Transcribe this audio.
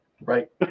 right